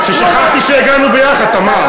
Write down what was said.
ששכחתי שהגענו ביחד, תמר.